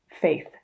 faith